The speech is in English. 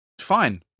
Fine